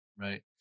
Right